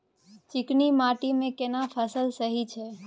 चिकनी माटी मे केना फसल सही छै?